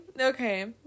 Okay